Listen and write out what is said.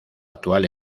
actual